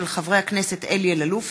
מאת חברי הכנסת אלי אלאלוף,